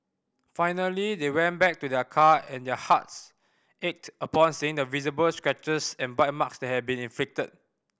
finally they went back to their car and their hearts ached upon seeing the visible scratches and bite marks that had been inflicted